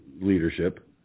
leadership